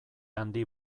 handi